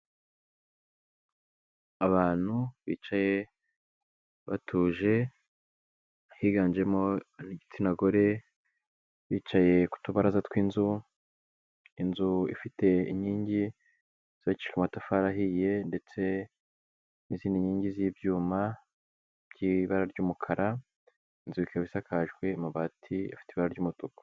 Abantu bicaye batuje, higanjemo igitsina gore bicaye ku tubaraza tw'inzu, inzu ifite inkingi zifite amatafari ahiye, ndetse n'izindi nkingi z'ibyuma by'ibara ry'umukara. Inzu ikaba isakajwe amabati afite ibara ry'umutuku.